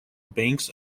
banks